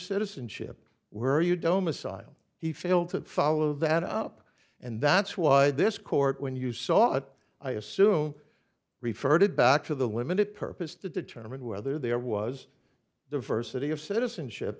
citizenship where you doma sile he failed to follow that up and that's why this court when you saw it i assume referred back to the limited purpose to determine whether there was the versity of citizenship